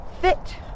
fit